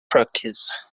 practice